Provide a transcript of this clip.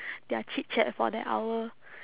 their chitchat for that hour